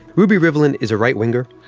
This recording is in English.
ruvi rivlin is a right winger.